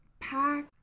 pack